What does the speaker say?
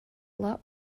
lot